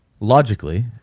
Logically